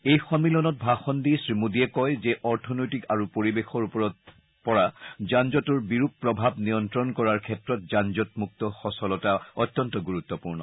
এই সম্মিলনত ভাষণ দি শ্ৰীমোডীয়ে কয় যে অৰ্থনৈতিক আৰু পৰিৱেশৰ ওপৰত পৰা যানজঁটৰ বিৰূপ প্ৰভাৱ নিয়ন্ত্ৰণ কৰাৰ ক্ষেত্ৰত যানজঁট মুক্ত সচলতা অত্যন্ত গুৰুত্পূৰ্ণ